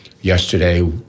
Yesterday